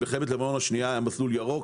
במלחמת לבנון השנייה היה מסלול ירוק,